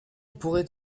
pourrait